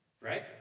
Right